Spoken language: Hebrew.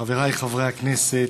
חבריי חברי הכנסת,